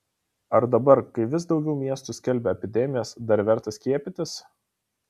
ar dabar kai vis daugiau miestų skelbia epidemijas dar verta skiepytis